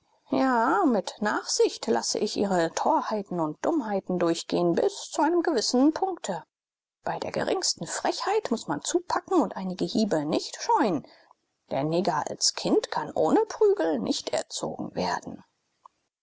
ja mit nachsicht lasse ich ihre torheiten und dummheiten durchgehen bis zu einem gewisse punkte bei der geringsten frechheit muß man zupacken und einige hiebe nicht scheuen der neger als kind kann ohne prügel nicht erzogen werden